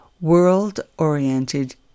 world-oriented